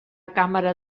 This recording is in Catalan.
càmera